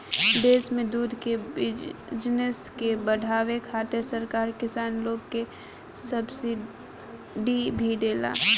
देश में दूध के बिजनस के बाढ़ावे खातिर सरकार किसान लोग के सब्सिडी भी देला